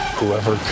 Whoever